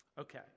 Okay